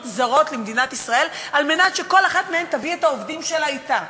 זרות למדינת ישראל כדי שכל אחת מהן תביא את העובדים שלה אתה,